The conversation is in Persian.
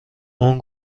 اون